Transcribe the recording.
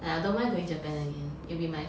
I don't mind going Japan again it'll be my